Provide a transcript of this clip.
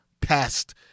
past